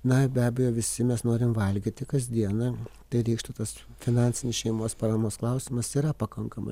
na be abejo visi mes norim valgyti kasdieną tai reikštų tas finansinis šeimos paramos klausimas yra pakankamai